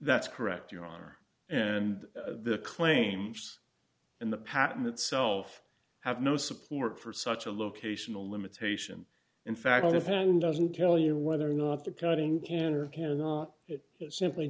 that's correct your honor and the claims in the patent itself have no support for such a locational limitation in fact the pen doesn't tell you whether or not the tutting can or cannot it simply